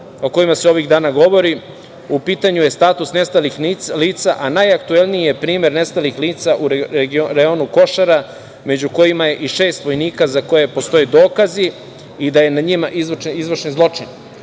o kojima se ovih dana govori, u pitanju je status nestalih lica, a najaktuelniji je primer nestalih lica u rejonu Košara, među kojima je i šest vojnika za koje postoje dokazi da je na njima izvršen zločin.